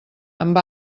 amb